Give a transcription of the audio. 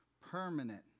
permanent